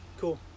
Cool